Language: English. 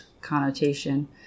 connotation